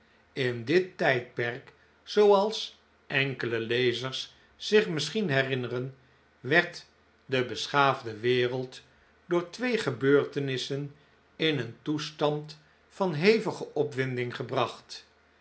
in dit tijdperk zooals enkele lezers zich misschien herinneren werd de beschaafde wereld door twee gebeurtenissen in een toestand van hevige opwinding gebracht